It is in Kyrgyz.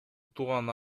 тууган